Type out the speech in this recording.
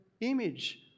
image